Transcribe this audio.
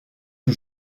que